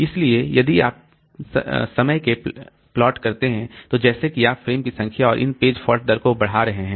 इसलिए यदि आप समय के प्लॉट करते हैं तो जैसे कि आप फ्रेम की संख्या और इन पेज फॉल्ट दर को बढ़ा रहे हैं